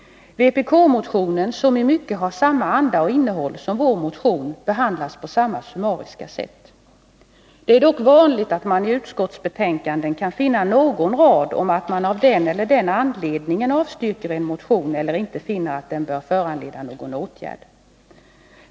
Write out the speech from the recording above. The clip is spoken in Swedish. Vpk-motionen, som i mycket har samma anda och innehåll som vår motion, behandlas på samma summariska sätt. Det är dock vanligt att man i utskottsbetänkanden kan finna någon rad om att man av den eller den anledningen avstyrker en motion eller inte finner att den bör föranleda någon åtgärd.